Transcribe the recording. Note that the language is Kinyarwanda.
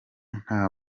nta